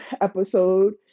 episode